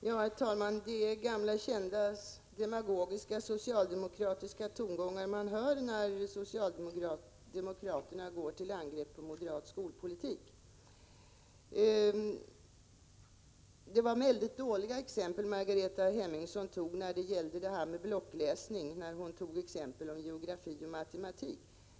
Herr talman! Det är gamla kända demagogiska socialdemokratiska tongångar man hör, när socialdemokraterna går till angrepp på moderat skolpolitik. Det var mycket dåliga exempel Margareta Hemmingsson valde när det gällde blockläsning och hon tog exempel om geografi och matematik.